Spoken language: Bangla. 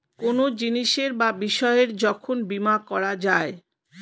কোনো জিনিসের বা বিষয়ের যখন বীমা করা যায়